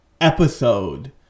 episode